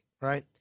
right